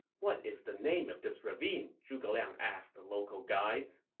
what is the name of this ravine? zhuge liang asked the local guides